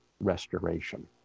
restoration